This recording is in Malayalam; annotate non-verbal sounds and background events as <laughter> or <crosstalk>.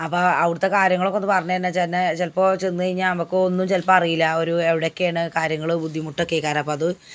അപ്പം അവിടത്തെ കാര്യങ്ങളൊക്കെ ഒന്ന് പറഞ്ഞേരണാനാച്ചെന്നേ ചിലപ്പോൾ ചെന്ന് കഴിഞ്ഞാൽ നമുക്ക് ഒന്നും ചിലപ്പം അറിയില്ല ഒരു എവിടെ ഒക്കെയാണ് കാര്യങ്ങൾ ബുദ്ധിമുട്ടൊക്കെ <unintelligible>